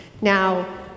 Now